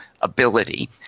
ability